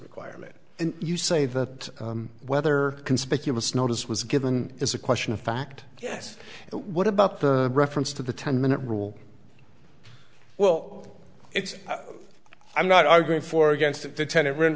requirement and you say that whether conspicuous notice was given is a question of fact yes what about the reference to the ten minute rule well it's i'm not arguing for or against the tenant rent